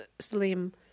slim